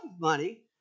money